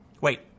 Wait